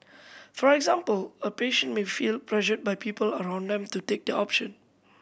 for example a patient may feel pressured by people around them to take the option